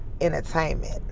Entertainment